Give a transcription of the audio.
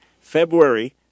February